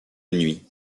nuit